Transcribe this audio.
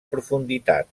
profunditat